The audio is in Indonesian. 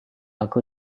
aku